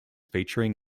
featuring